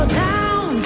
down